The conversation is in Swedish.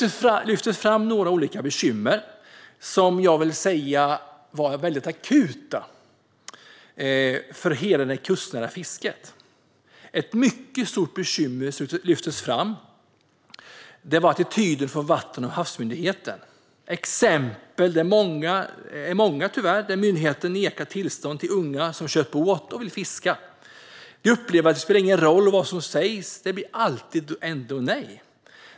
De lyfte fram några olika bekymmer som jag vill mena är akuta för hela det kustnära fisket. Ett mycket stort bekymmer som lyftes fram var attityden från Havs och vattenmyndigheten. Exemplen är tyvärr många på att myndigheten nekar tillstånd för unga som har köpt båt och vill fiska. De upplever att det inte spelar någon roll vad de säger - det blir ändå alltid nej.